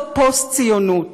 זה פוסט-ציונות.